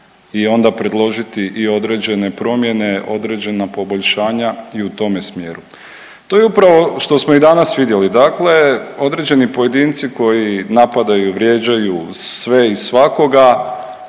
i onda predložiti i određene promjene, određena poboljšanja i u tome smjeru. To je upravo što smo i danas vidjeli, dakle određeni pojedinci koji napadaju, vrijeđaju, sve i svakoga